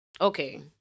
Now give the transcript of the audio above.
Okay